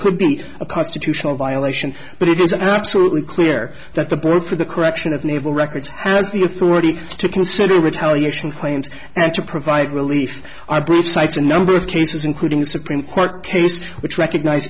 could be a constitutional violation but it is absolutely clear that the board for the correction of naval records has the authority to consider retaliation claims and to provide relief i believe cites a number of cases in the supreme court case which recognize